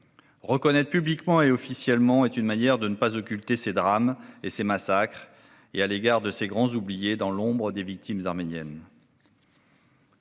Reconnaître publiquement et officiellement est une manière de ne pas occulter ces drames et ces massacres perpétrés à l'encontre de ces grands oubliés dans l'ombre des victimes arméniennes.